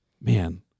man